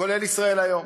כולל "ישראל היום".